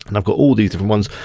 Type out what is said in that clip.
and i've got all these ones,